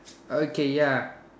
okay ya